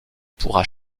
pourra